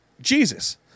Jesus